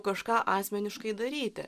kažką asmeniškai daryti